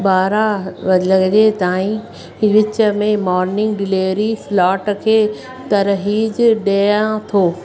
ॿारहं व लॻे ताईं विच में मॉर्निंग डिलेवरी स्लॉट खे तरहीज ॾियां थो